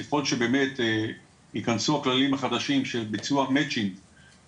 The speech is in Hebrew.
ככל שבאמת יכנסו הכללים החדשים של ביצוע המצ'ינג (מימון